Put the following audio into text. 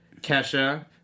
Kesha